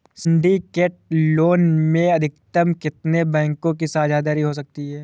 Syndicate loan में अधिकतम कितने बैंकों की साझेदारी हो सकती है?